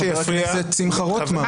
חבר הכנסת שמחה רוטמן?